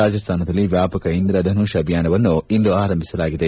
ರಾಜಾಸ್ತಾನದಲ್ಲಿ ವ್ಯಾಪಕ ಇಂದ್ರಧನುಷ್ ಅಭಿಯಾನವನ್ನು ಇಂದು ಆರಂಭಿಸಲಾಗಿದೆ